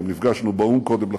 גם נפגשנו באו"ם קודם לכן,